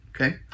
okay